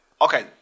Okay